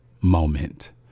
moment